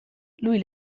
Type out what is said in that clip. lui